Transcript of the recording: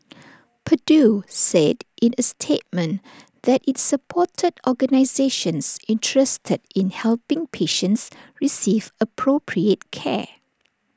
purdue said in A statement that IT supported organisations interested in helping patients receive appropriate care